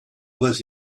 was